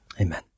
Amen